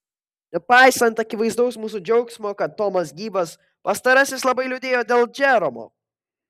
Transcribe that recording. nepaisant akivaizdaus mūsų džiaugsmo kad tomas gyvas pastarasis labai liūdėjo dėl džeromo